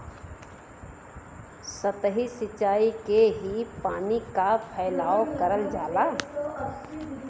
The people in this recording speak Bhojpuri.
सतही सिचाई से ही पानी क फैलाव करल जाला